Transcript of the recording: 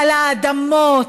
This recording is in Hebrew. על האדמות,